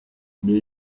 mais